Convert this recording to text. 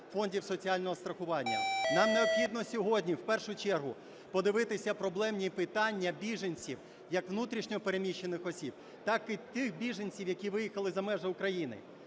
фондів соціального страхування, нам необхідно сьогодні в першу чергу подивитися проблемні питання біженців, як внутрішньо переміщених осіб, так і тих біженців, які виїхали за межі України.